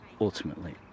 ultimately